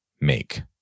make